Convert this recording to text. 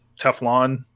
Teflon